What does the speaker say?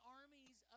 armies